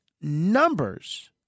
numbers